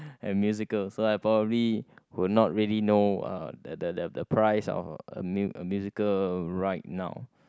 a musical so I probably will not really know uh the the the price of a mu~ a musical right now